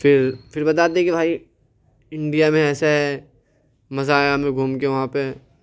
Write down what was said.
پھر پھر بتاتے ہیں کہ بھائی انڈیا میں ایسا ہے مزا آیا ہمیں گھوم کے وہاں پہ